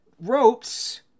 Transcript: ropes